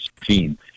team